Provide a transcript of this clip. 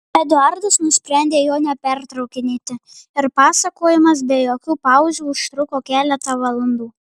eduardas nusprendė jo nepertraukinėti ir pasakojimas be jokių pauzių užtruko keletą valandų